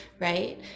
right